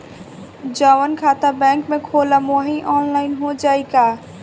जवन खाता बैंक में खोलम वही आनलाइन हो जाई का?